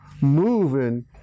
moving